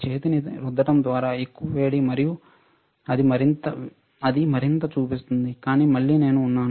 చేతిని రుద్దడం ద్వారా ఎక్కువ వేడి అది మరింత చూపిస్తుంది కానీ మళ్ళీ నేను ఉన్నాను